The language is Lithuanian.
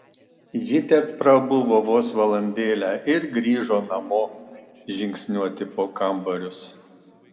ji teprabuvo vos valandėlę ir grįžo namo žingsniuoti po kambarius